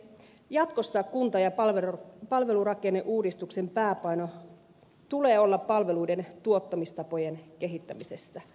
jatkossa kunta ja palvelurakenneuudistuksen pääpainon tulee olla palveluiden tuottamistapojen kehittämisessä